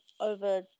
over